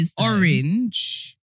orange